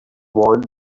want